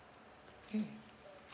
mm